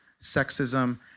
sexism